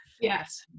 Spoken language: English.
Yes